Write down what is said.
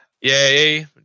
Yay